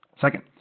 Second